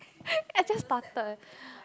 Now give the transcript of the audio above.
I just started